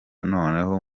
noneho